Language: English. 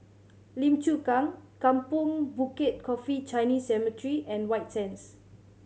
Lim Chu Kang Kampong Bukit Coffee Chinese Cemetery and White Sands